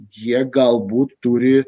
jie galbūt turi